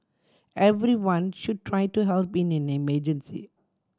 everyone should try to help in an emergency